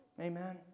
Amen